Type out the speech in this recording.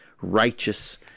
righteous